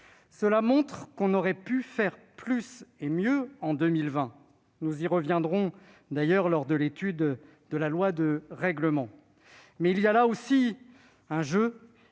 Cela montre qu'on aurait pu faire plus et mieux en 2020- nous y reviendrons d'ailleurs lors de l'examen de la loi de règlement -, mais aussi, que, par un jeu